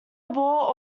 abort